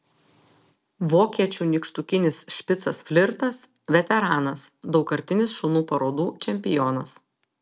vokiečių nykštukinis špicas flirtas veteranas daugkartinis šunų parodų čempionas